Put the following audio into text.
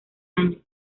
año